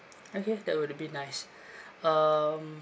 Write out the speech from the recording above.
okay that would be nice um